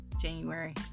January